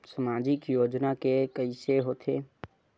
सामाजिक योजना के कइसे होथे?